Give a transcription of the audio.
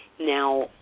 Now